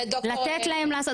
לתת להם לעשות.